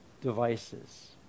devices